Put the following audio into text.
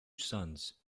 sons